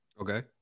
Okay